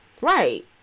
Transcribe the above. Right